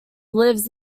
lives